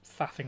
faffing